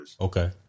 Okay